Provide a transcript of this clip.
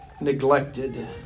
neglected